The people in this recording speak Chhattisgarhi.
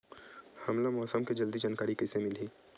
हमला मौसम के जल्दी जानकारी कइसे मिलही?